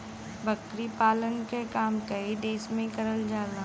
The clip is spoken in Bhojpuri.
बकरी पालन के काम कई देस में करल जाला